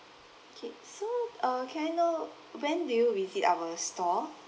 okay so uh can I know when do you visit our store